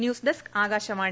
news desk Akashvani